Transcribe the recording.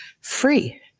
free